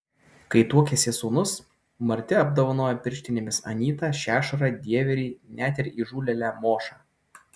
kai tuokėsi sūnus marti apdovanojo pirštinėmis anytą šešurą dieverį net ir įžūlėlę mošą